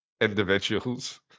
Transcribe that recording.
individuals